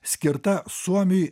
skirta suomiui